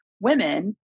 women